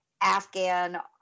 Afghan